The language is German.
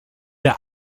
der